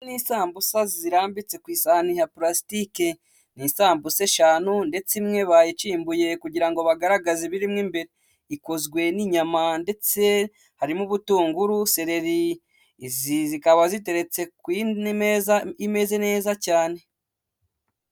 Ni isambusa zirambitse ku isahani ya pulasitike. Ni isambusa eshanu ndetse imwe bayikimbuye kugira ngo bagaragaze ibirimo imbere, ikozwe n'inyama ndetse harimo ubutunguru, seleri, izi zikaba ziteretse ku yindi meza imeze neza cyane.